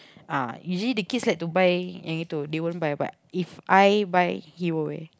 ah you see the kids like to buy yang itu they won't buy but If I buy he will wear